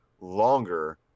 longer